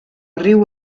riu